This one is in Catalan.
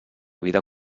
vida